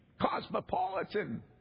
cosmopolitan